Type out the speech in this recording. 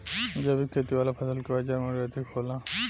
जैविक खेती वाला फसल के बाजार मूल्य अधिक होला